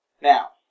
Now